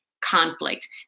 conflict